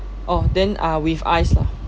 orh then uh with ice lah